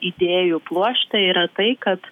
idėjų pluošte yra tai kad